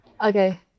okay